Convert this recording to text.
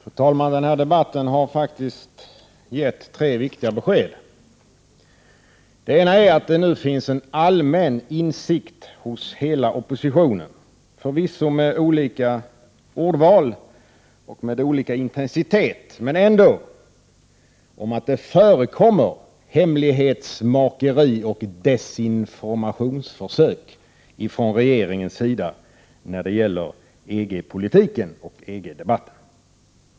Fru talman! Den här debatten har faktiskt gett tre viktiga besked. Det första är att det nu finns en allmän insikt hos hela oppositionen — förvisso framförd med olika ordval och med olika intensitet, men ändå — om att det förekommer hemlighetsmakeri och desinformationsförsök från regeringens sida när det gäller EG-politiken och EG-debatten.